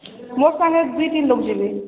ମୋର ସାଙ୍ଗେ ଦୁଇ ତିନି ଲୋକ ଯିବେ